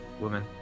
Woman